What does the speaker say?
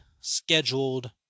scheduled